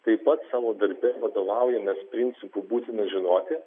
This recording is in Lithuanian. taip pat savo darbe vadovaujamės principu būtina žinoti